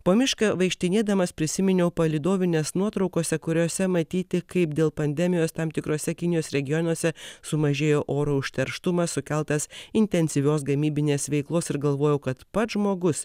po mišką vaikštinėdamas prisiminiau palydovines nuotraukose kuriose matyti kaip dėl pandemijos tam tikruose kinijos regionuose sumažėjo oro užterštumas sukeltas intensyvios gamybinės veiklos ir galvojau kad pats žmogus